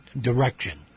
direction